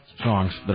songs